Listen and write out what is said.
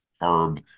Herb